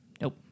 Nope